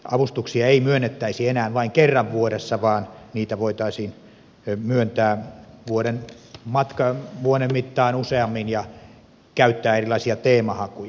avustuksia ei myönnettäisi enää vain kerran vuodessa vaan niitä voitaisiin myöntää vuoden mittaan useammin ja käyttää erilaisia teemahakuja